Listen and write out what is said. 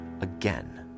again